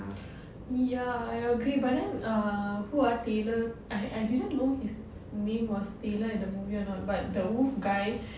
ya I agree but then ah who ah taylor I didn't know his name was taylor in the movie or not but the wolf guy